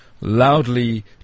loudly